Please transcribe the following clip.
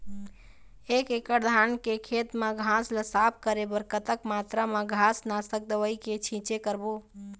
एक एकड़ धान के खेत मा घास ला साफ करे बर कतक मात्रा मा घास नासक दवई के छींचे करबो?